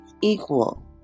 equal